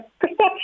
perception